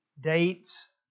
dates